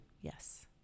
Yes